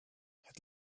het